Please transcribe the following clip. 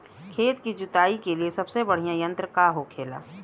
खेत की जुताई के लिए सबसे बढ़ियां यंत्र का होखेला?